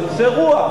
אנשי רוח.